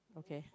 okay